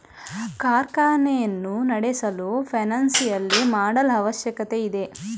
ಕಾರ್ಖಾನೆಯನ್ನು ನಡೆಸಲು financial model ಅವಶ್ಯಕತೆ ಇದೆ